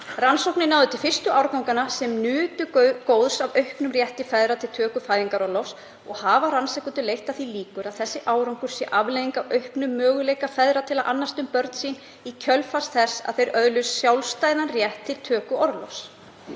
Rannsóknin náði til fyrstu árganganna sem nutu góðs af auknum rétti feðra til töku fæðingarorlofs og hafa rannsakendur leitt að því líkur að þessi árangur sé afleiðing af auknum möguleikum feðra til að annast um börn sín í kjölfar þess að þeir öðluðust sjálfstæðan rétt til töku orlofs.